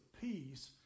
peace